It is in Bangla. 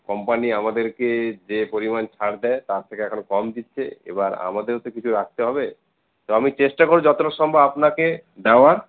কোম্পানি আমাদেরকে যে পরিমাণ ছাড় দেয় তার থেকে এখন কম দিচ্ছে এবার আমাদেরও তো কিছু রাখতে হবে তো আমি চেষ্টা করব যতটা সম্ভব আপনাকে দেওয়ার